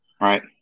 Right